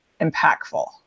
impactful